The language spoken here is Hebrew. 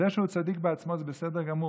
זה שהוא צדיק בעצמו זה בסדר גמור,